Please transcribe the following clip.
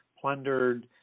plundered